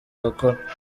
bakora